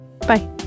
Bye